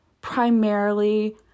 primarily